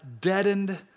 deadened